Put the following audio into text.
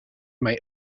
may